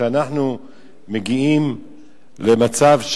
כשאנחנו מגיעים למצב,